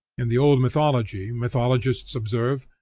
in the old mythology, mythologists observe,